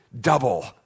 double